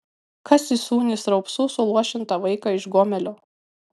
kas įsūnys raupsų suluošintą vaiką iš gomelio